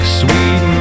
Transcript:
sweet